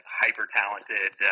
hyper-talented